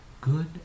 good